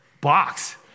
box